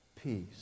peace